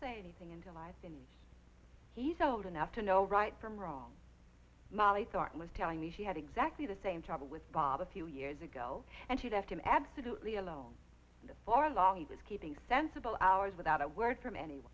say anything until i see he's old enough to know right from wrong molly thought was telling me she had exactly the same trouble with bob a few years ago and she left him absolutely alone for long he was keeping sensible hours without a word from any